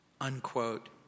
Unquote